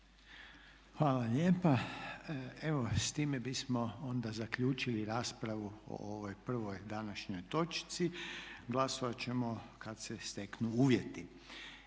Hvala lijepa. Evo s time bismo onda zaključili raspravu o ovoj prvoj današnjoj točci. Glasovat ćemo kad se steknu uvjeti.